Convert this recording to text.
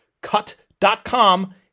cut.com